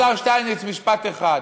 השר שטייניץ, משפט אחד.